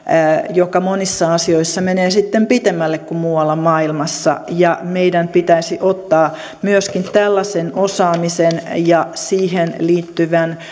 joka monissa asioissa menee sitten pitemmälle kuin muualla maailmassa meidän pitäisi ottaa myöskin tällaisen osaamisen ja siihen liittyvän